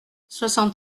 soixante